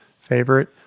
favorite